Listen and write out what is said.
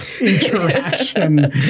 interaction